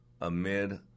amid